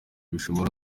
bishobora